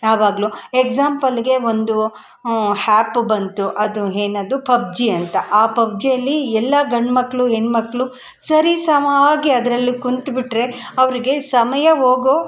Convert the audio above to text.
ಯಾವಾಗ್ಲೂ ಎಕ್ಸಾಂಪಲ್ಗೆ ಒಂದು ಹ್ಯಾಪು ಬಂತು ಅದು ಏನದು ಪಬ್ಜಿ ಅಂತ ಆ ಪಬ್ಜಿಯಲ್ಲಿ ಎಲ್ಲ ಗಂಡುಮಕ್ಳು ಹೆಣ್ಮಕ್ಳು ಸರಿ ಸಮ ಆಗಿ ಅದರಲ್ಲಿ ಕುಂತ್ಬಿಟ್ರೆ ಅವ್ರಿಗೆ ಸಮಯ ಹೋಗೋ